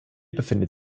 befindet